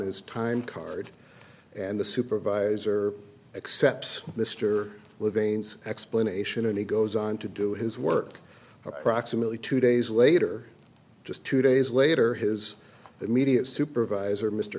his time card and the supervisor accepts mr live ains explanation and he goes on to do his work approximately two days later just two days later his immediate supervisor mr